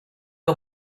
que